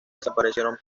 desaparecieron